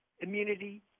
immunity